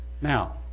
Now